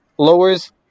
lowers